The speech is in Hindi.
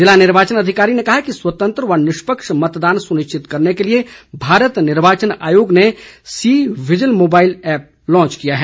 जिला निर्वाचन अधिकारी ने कहा कि स्वतंत्र व निष्पक्ष मतदान सुनिश्चित करने के लिए भारत निर्वाचन आयोग ने सीविजिल मोबाईल एप्प लांच किया है